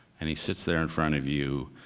and he sits there in front of you,